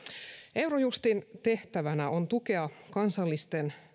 eurojustin tehtävänä on tukea kansallisten